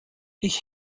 ich